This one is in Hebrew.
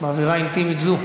באווירה אינטימית זו.